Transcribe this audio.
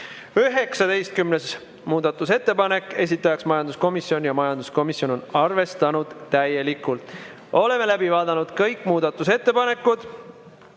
19. muudatusettepanek, esitaja majanduskomisjon ja majanduskomisjon on arvestanud täielikult. Oleme läbi vaadanud kõik muudatusettepanekud